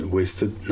Wasted